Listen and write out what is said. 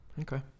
Okay